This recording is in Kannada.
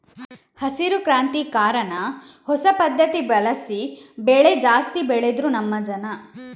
ಹಸಿರು ಕ್ರಾಂತಿ ಕಾರಣ ಹೊಸ ಪದ್ಧತಿ ಬಳಸಿ ಬೆಳೆ ಜಾಸ್ತಿ ಬೆಳೆದ್ರು ನಮ್ಮ ಜನ